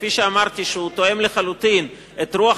שכפי שאמרתי הוא תואם לחלוטין את רוח